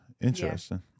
Interesting